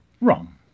Wrong